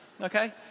Okay